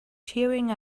tearing